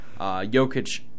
Jokic